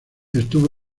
estuvo